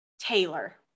Taylor